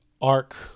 arc